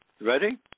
Ready